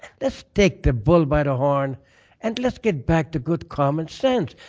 let's take the bull by the horn and let's get back to good common sense.